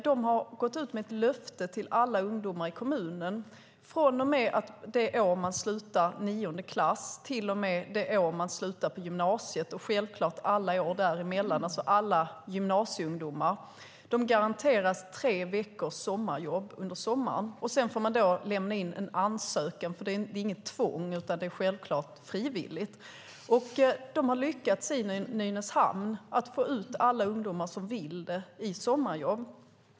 De har gått ut med ett löfte till alla ungdomar i kommunen, nämligen att från och med det år de slutar nionde klass till och med det år de slutar gymnasiet, och självklart alla år däremellan, ska alla gymnasieungdomar garanteras tre veckors sommarjobb. De får lämna in en ansökan. Det är inget tvång utan självklart frivilligt. Nynäshamn har lyckats få ut alla ungdomar som vill i sommarjobb.